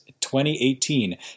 2018